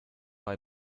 bei